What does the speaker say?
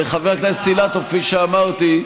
וחבר הכנסת אילטוב, כפי שאמרתי,